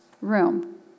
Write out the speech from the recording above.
room